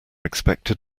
expected